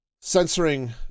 censoring